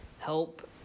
help